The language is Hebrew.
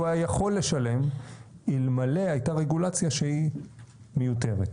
היה יכול לשלם אלמלא הייתה רגולציה שהיא מיותרת.